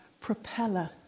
propeller